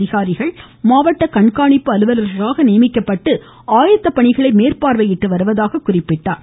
அதிகாரிகள் மாவட்ட கண்காணிப்பு அலுவலர்களாக நியமிக்கப்பட்டு ஆயத்த பணிகளை மேற்பார்வையிட்டு வருவதாக கூறினார்